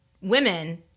women